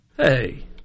Hey